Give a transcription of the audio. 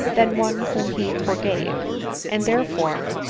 than one whom he for gave and therefore,